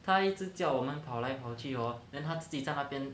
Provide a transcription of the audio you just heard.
他一直叫我们跑来跑去 hor then 他自己在那边